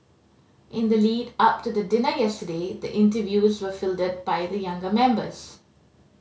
in the lead up to the dinner yesterday the interviews were fielded by the younger members